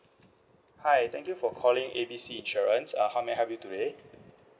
hi thank you for calling A B C insurance uh how may I help you today